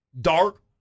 dark